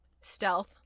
Stealth